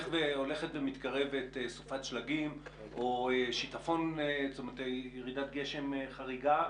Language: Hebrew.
הולכת ומתקרבת סופת שלגים או ירידת גשם חריגה,